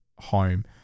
home